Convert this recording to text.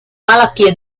malattia